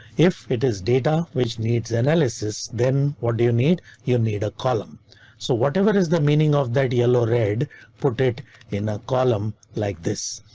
if it is data which needs analysis, then what do you need? you need a column so whatever is the meaning of that yellow red, put it in a column like this.